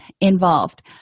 involved